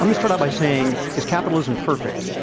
um start out by saying, is capitalism perfect?